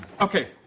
Okay